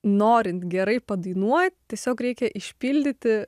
norint gerai padainuot tiesiog reikia išpildyti